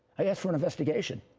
i asked for investigation.